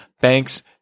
banks